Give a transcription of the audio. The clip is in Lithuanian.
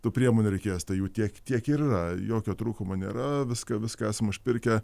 tų priemonių reikės tai jų tiek kiek ir yra jokio trūkumo nėra viską viską esam užpirkę